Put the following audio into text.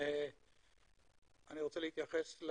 אני רוצה להתייחס,